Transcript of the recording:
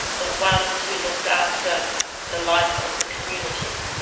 the ones who looked after the life of the community.